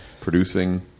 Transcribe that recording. producing